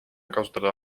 kasutada